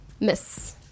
Miss